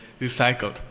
recycled